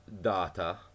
Data